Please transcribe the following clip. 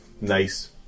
nice